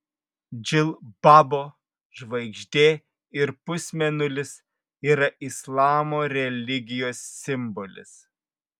džilbabo žvaigždė ir pusmėnulis yra islamo religijos simbolis